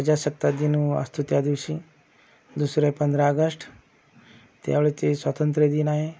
प्रजासत्ताक दिन असतो त्यादिवशी दुसरे पंधरा आगष्ट त्यावेळेस तो स्वातंत्र्यदिन आहे